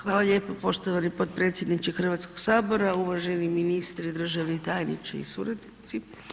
Hvala lijepa poštovani potpredsjedniče Hrvatskog sabora, uvaženi ministre, državni tajniče i suradnici.